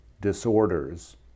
disorders